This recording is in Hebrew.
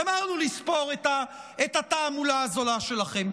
גמרנו לספור את התעמולה הזולה שלכם.